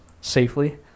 safely